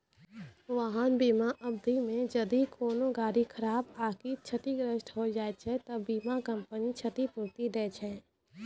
वाहन बीमा अवधि मे जदि कोनो गाड़ी खराब आकि क्षतिग्रस्त होय जाय छै त बीमा कंपनी क्षतिपूर्ति दै छै